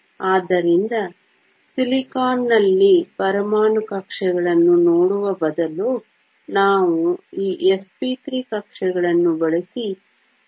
ಆದ್ದರಿಂದ ಸಿಲಿಕಾನ್ ನಲ್ಲಿ ಪರಮಾಣು ಕಕ್ಷೆಗಳನ್ನು ನೋಡುವ ಬದಲು ನಾವು ಈ sp3 ಕಕ್ಷೆಗಳನ್ನು ಬಳಸಿ ಬಂಧವನ್ನು ನೋಡುತ್ತಿದ್ದೇವೆ